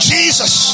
Jesus